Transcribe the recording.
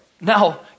now